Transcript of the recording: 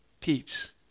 peeps